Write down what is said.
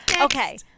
Okay